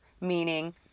meaning